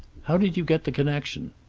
how did you get the connection?